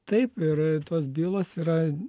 taip ir tos bylos yra